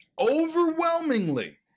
overwhelmingly